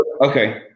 Okay